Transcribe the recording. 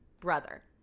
brother